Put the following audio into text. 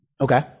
Okay